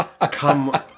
come